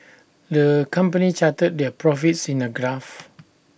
the company charted their profits in A graph